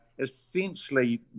essentially